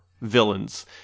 villains